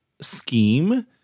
scheme